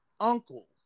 uncle